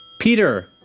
Peter